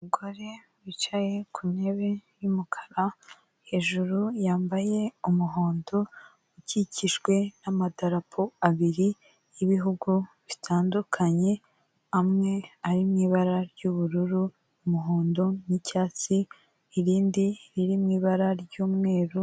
Umugore wicaye ku ntebe yumukara hejuru yambaye umuhondo ukikijwe n'amadarapo abiri y'ibihugu bitandukanye amwe ari mu ibara ry'ubururu, umuhondo nicyatsi irindi riri mu ibara ry'umweru